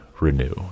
Renew